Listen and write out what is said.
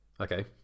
Okay